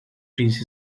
trees